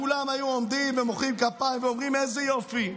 כולם היו עומדים ומוחאים כפיים ואומרים: איזה יופי,